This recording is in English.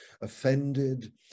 offended